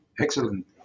Excellent